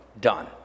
done